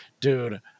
dude